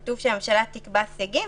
כתוב שהממשלה תקבע סייגים,